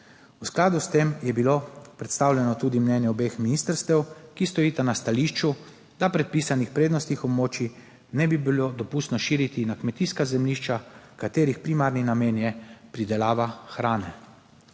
V skladu s tem je bilo predstavljeno tudi mnenje obeh ministrstev, ki stojita na stališču, da predpisanih prednostnih območij ne bi bilo dopustno širiti na kmetijska zemljišča, katerih primarni namen je pridelava hrane.